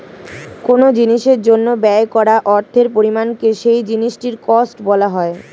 কোন জিনিসের জন্য ব্যয় করা অর্থের পরিমাণকে সেই জিনিসটির কস্ট বলা হয়